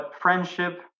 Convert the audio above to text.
friendship